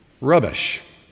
rubbish